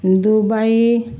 Dubai